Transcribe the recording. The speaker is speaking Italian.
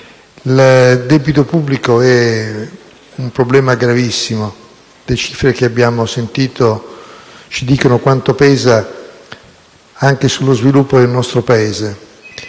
Il debito pubblico è un problema gravissimo. Le cifre che abbiamo sentito ci dicono quanto pesi anche sullo sviluppo del nostro Paese.